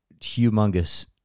humongous